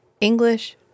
English